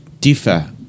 differ